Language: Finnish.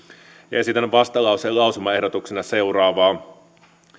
esitän vastalauseen lausumaehdotuksena seuraavaa